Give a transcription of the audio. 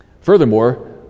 furthermore